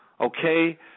Okay